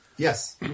Yes